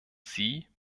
sie